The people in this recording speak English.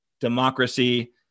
democracy